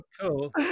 cool